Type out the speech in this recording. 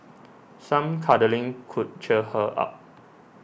some cuddling could cheer her up